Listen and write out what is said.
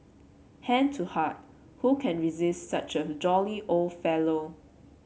hand to heart who can resist such a jolly old fellow